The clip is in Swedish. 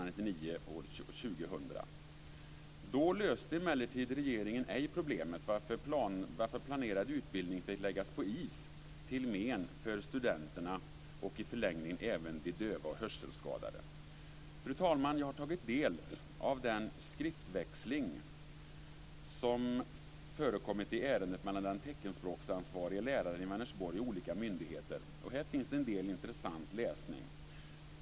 Då löste regeringen emellertid ej problemet, varför planerad utbildning fick läggas på is till men för studenterna och i förlängningen även för de döva och hörselskadade. Fru talman! Jag har tagit del av den skriftväxling som förekommit i ärendet mellan den teckenspråksansvarige läraren i Vänersborg och olika myndigheter, och här finns en del intressant läsning.